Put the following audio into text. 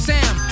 Sam